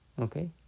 Okay